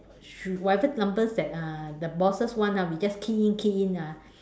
should whatever numbers that uh the bosses want ah we just key in key in ah